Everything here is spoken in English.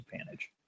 advantage